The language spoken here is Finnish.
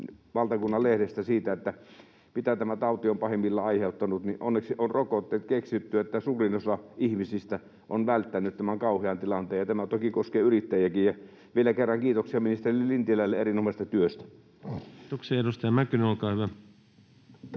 valtakunnan lehdestä siitä, mitä tämä tauti on pahimmillaan aiheuttanut, niin onneksi on rokotteet keksitty, että suurin osa ihmisistä on välttänyt tämän kauhean tilanteen, ja tämä toki koskee yrittäjiäkin. Vielä kerran kiitoksia ministeri Lintilälle erinomaisesta työstä. [Speech 132] Speaker: